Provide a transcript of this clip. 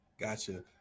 Gotcha